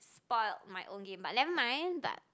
spoilt my own game but never mind but